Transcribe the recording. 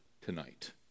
tonight